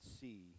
see